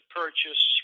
purchase